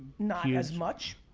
not as much.